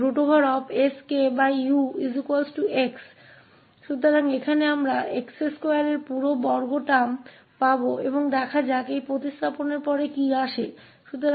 इसलिए कि यहाँ हमें x2 का एक पूर्ण वर्ग पद प्राप्त होगा और देखते हैं कि इस प्रतिस्थापन के बाद क्या निकलता है